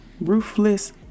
ruthless